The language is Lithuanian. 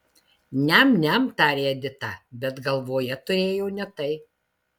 niam niam tarė edita bet galvoje turėjo ne tai